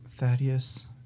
Thaddeus